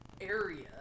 area